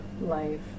life